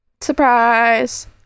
Surprise